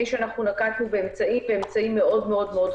שנקטנו באמצעים מאוד מאוד מאוד חמורים,